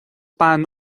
bean